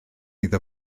iddo